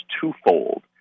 twofold